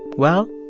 well,